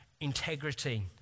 integrity